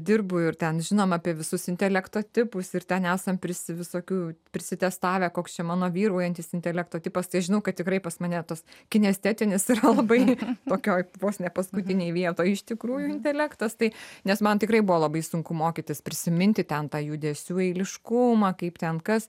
dirbu ir ten žinom apie visus intelekto tipus ir ten nesam prisi visokių prisitestavę koks čia mano vyraujantis intelekto tipas tai žinau kad tikrai pas mane tas kinestetinis yra labai tokioj vos ne paskutinėj vietoj iš tikrųjų intelektas tai nes man tikrai buvo labai sunku mokytis prisiminti ten tą judesių eiliškumą kaip ten kas